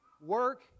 Work